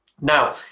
Now